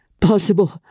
Possible